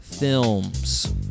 Films